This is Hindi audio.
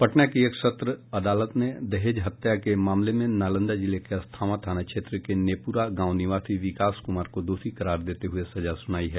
पटना की एक सत्र अदालत ने दहेज हत्या के मामले में नालंदा जिले के अस्थावां थाना क्षेत्र के नेपुरा गांव निवासी विकास कुमार को दोषी करार देते हुए सजा सुनाई है